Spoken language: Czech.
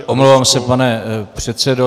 Omlouvám se, pane předsedo.